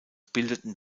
bildeten